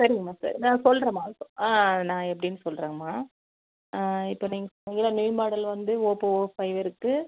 சரிங்கம்மா சரி நான் சொல்றேம்மா ஆ நான் எப்படின்னு சொல்றேங்கம்மா ஆ இப்போ நீங்கள் இப்போ உள்ள நியூ மாடல் வந்து ஓப்போ ஃபைவ் இருக்குது